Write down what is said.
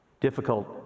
difficult